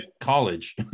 college